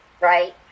Right